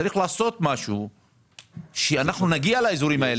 צריך לעשות משהו שאנחנו נגיע לאזורים האלה,